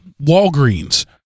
Walgreens